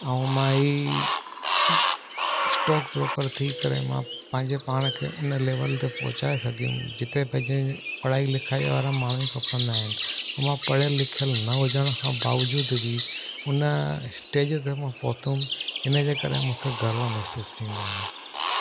ऐं मां हीउ स्टोक ब्रोकर थी करे मां पंहिंजे पाण खे हुन लैवल ते पहुचाए सघियमि जिते पंहिंजे पढ़ाई लिखाई वारा माण्हू खपंदा आहिनि ऐं मां पढ़ियलु लिखियलु न हुजण खां बावजूदु बि हुन स्टेज ते मां पहुतमि हिन जे करे मूंखे गर्व महिसूसु थींदो आहे